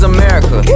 America